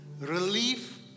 relief